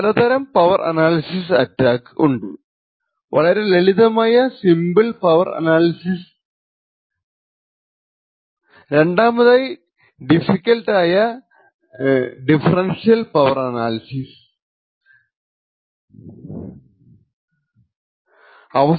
പല തരം power analysis attacks ഉണ്ട് വളരെ ലളിതമായ സിമ്പിൾ പവർ അനാലിസിസ് രണ്ടാമതായി ഡിഫികൾട്ട് ആയ ഡിഫറെൻഷ്യൽ പവർ അനാലിസിസ് സംരക്ഷിക്കാനും ബുദ്ധിമുട്ടാണ്